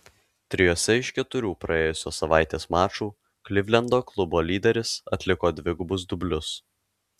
trijuose iš keturių praėjusios savaitės mačų klivlendo klubo lyderis atliko dvigubus dublius